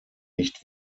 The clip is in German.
nicht